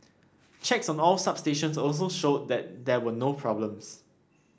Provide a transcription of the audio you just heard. checks on all substations also showed that there were no problems